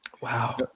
Wow